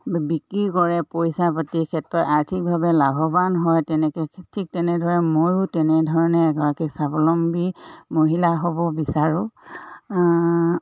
বিক্ৰী কৰে পইচা পাতিৰ ক্ষেত্ৰত আৰ্থিকভাৱে লাভৱান হয় তেনেকৈ ঠিক তেনেদৰে ময়ো তেনেধৰণে এগৰাকী স্বাৱলম্বী মহিলা হ'ব বিচাৰোঁ